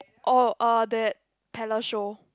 oh uh that Taylor show